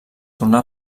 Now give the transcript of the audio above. tornà